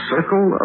Circle